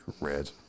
Red